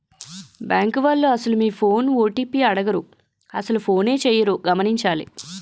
bank వాళ్లు అసలు మీ ఫోన్ ఓ.టి.పి అడగరు అసలు ఫోనే చేయరు గమనించాలి